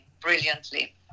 brilliantly